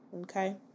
Okay